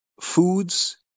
foods